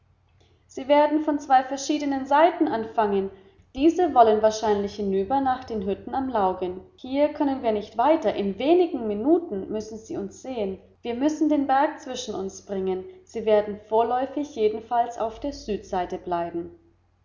sie werden von zwei verschiedenen seiten anfangen diese wollen wahrscheinlich hinüber nach den hütten am laugen hier können wir nicht weiter in wenigen minuten müssen sie uns sehen wir müssen den berg zwischen uns bringen sie werden vorläufig jedenfalls auf der südseite bleiben